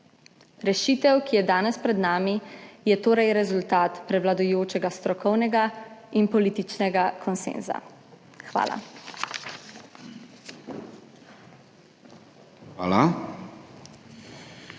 Rešitev, ki je danes pred nami, je torej rezultat prevladujočega strokovnega in političnega konsenza. Hvala.